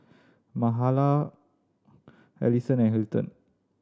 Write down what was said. Mahala Alisson and Hilton